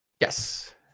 Yes